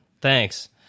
thanks